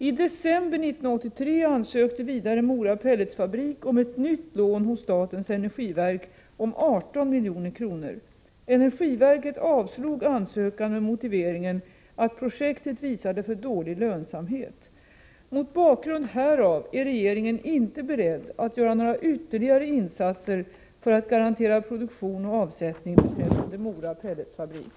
I december 1983 ansökte vidare Mora Pelletsfabrik om ett nytt lån hos statens energiverk om 18 milj.kr. Energiverket avslog ansökan med motiveringen att projektet visade för dålig lönsamhet. Mot bakgrund härav är regeringen inte beredd att göra några ytterligare insatser för att garantera produktion och avsättning beträffande Mora Pelletsfabrik.